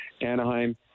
Anaheim